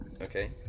Okay